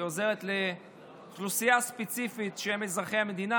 כי היא עוזרת לאוכלוסייה ספציפית שהם אזרחי המדינה,